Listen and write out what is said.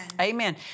Amen